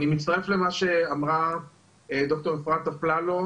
אני מצטרף למה שאמרה ד"ר אפרת אפללו,